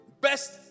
Best